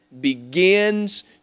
begins